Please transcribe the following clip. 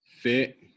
fit